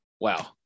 wow